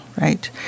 right